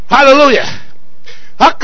Hallelujah